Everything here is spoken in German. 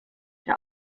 der